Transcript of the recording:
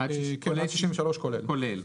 63 כולל.